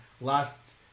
last